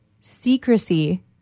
secrecy